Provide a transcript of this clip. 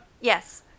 Yes